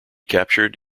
captured